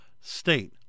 state